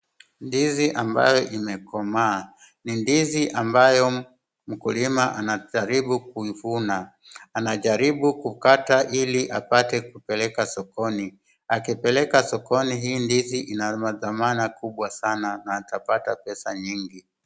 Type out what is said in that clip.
Ndizi ambayo imekomaa ni ndizi ambayo mkulima anajaribu kuivuna, anajaribu kukata ili apate kupeleka sokoni akipeleka sokoni hii ndizi ina mathamana kubwa sana na atapata pesa nyingi.